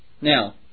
Now